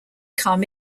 come